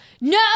No